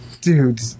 Dude